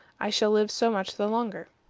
i shall live so much the longer.